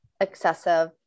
excessive